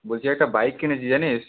বলছি একটা বাইক কিনেছি জানিস